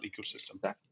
ecosystem